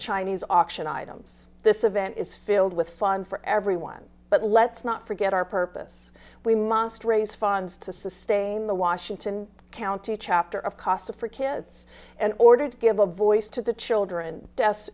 chinese auction items this event is filled with fun for everyone but let's not forget our purpose we must raise funds to sustain the washington county chapter of casa for kids in order to give a voice to the children